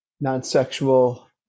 non-sexual